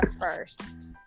first